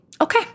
Okay